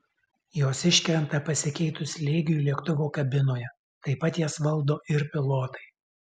jos iškrenta pasikeitus slėgiui lėktuvo kabinoje taip pat jas valdo ir pilotai